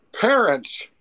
parents